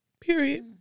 Period